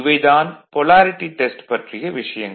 இவை தான் polarity test பற்றிய விஷயங்கள்